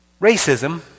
Racism